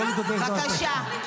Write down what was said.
לא לדבר ואז להקשיב.